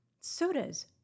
sodas